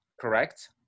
correct